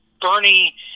Bernie